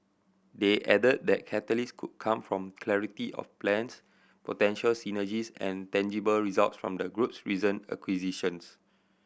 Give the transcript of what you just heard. they added that catalysts could come from clarity of plans potential synergies and tangible results from the group's recent acquisitions